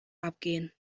abgehen